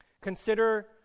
Consider